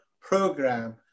program